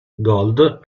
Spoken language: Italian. gold